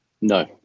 No